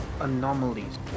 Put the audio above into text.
anomalies